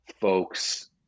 folks